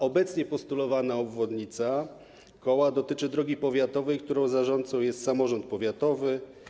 Obecnie postulowana obwodnica Koła dotyczy drogi powiatowej, której zarządcą jest samorząd powiatowy.